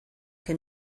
que